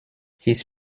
his